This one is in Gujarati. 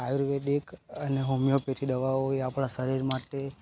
આયુર્વેદિક અને હોમીઓપેથી દવાઓ એ આપણાં શરીર માટે